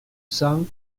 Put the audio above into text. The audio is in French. cents